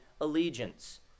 allegiance